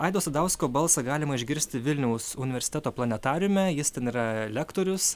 aido sadausko balsą galima išgirsti vilniaus universiteto planetariume jis ten yra lektorius